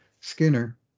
Skinner